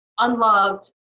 unloved